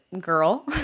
girl